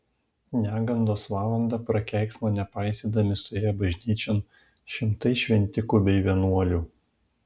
negandos valandą prakeiksmo nepaisydami suėjo bažnyčion šimtai šventikų bei vienuolių